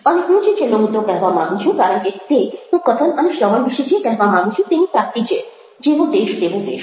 અને હું કે છેલ્લો મુદ્દો કહેવા માગું છું કારણ કે તે હું કથન અને શ્રવણ વિશે જે કહેવા માગું છું તેની પ્રાપ્તિ છે જેવો દેશ તેવો વેશ